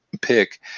pick